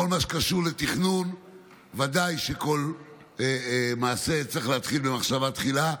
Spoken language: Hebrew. ובכל מה שקשור לתכנון ודאי שכל מעשה צריך להתחיל במחשבה תחילה,